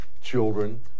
children